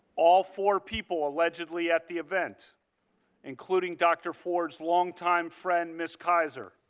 all four people allegedly at the event including dr. ford's longtime friend ms. kaiser,